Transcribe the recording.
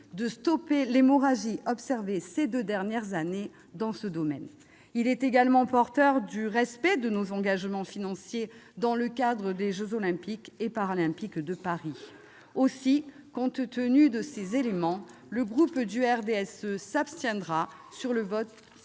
de stopper l'hémorragie observée ces deux dernières années dans ce domaine. Il est également porteur du respect de nos engagements financiers en vue des jeux Olympiques et Paralympiques de Paris. Aussi, compte tenu de ces éléments, le groupe du RDSE s'abstiendra sur le vote